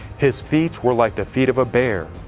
his feet were like the feet of a bear,